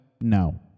no